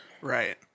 Right